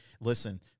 listen